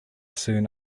soon